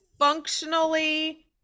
Functionally